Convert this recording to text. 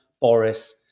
Boris